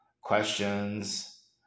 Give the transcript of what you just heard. questions